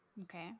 Okay